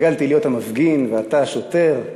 התרגלתי להיות המפגין ואתה השוטר,